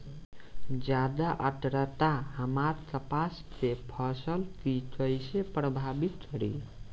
ज्यादा आद्रता हमार कपास के फसल कि कइसे प्रभावित करी?